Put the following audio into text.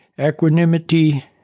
equanimity